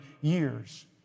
years